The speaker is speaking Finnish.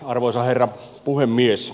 arvoisa herra puhemies